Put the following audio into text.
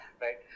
right